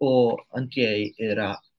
o antrieji yra